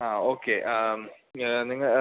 ആ ഓക്കെ ആ